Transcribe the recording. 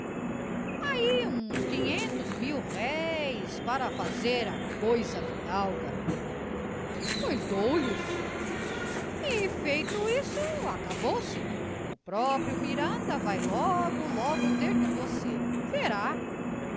uns quinhentos mil-réis para fazer a coisa à fidalga pois dou lhos e feito isso acabou-se o próprio miranda vai logo logo ter com você verá